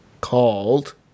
called